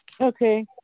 Okay